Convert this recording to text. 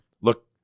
look